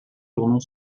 tournon